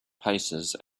paces